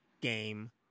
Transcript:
game